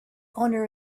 owner